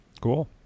Cool